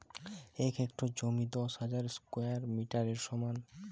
এক হেক্টর জমি দশ হাজার স্কোয়ার মিটারের সমান